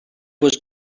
was